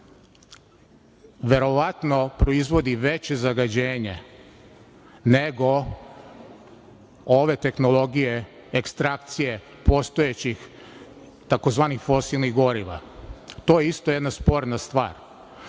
verovatno proizvodi veće zagađenje nego ove tehnologije ekstrakcije postojećih tzv. fosilnih goriva. To je isto jedna sporna stvar. Uzgred